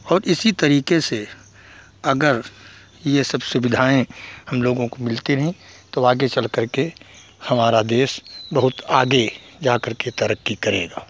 और इसी तरीके से अगर यह सब सुविधाएँ हमलोगों को मिलती रहें तो आगे चल करके हमारा देश बहुत आगे जा करके तरक्की करेगा